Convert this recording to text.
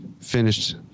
finished